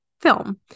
film